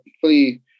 fully –